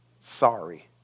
sorry